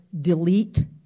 delete